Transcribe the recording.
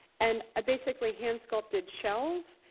and i basically hand sculpted shells,